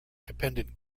dependent